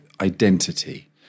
identity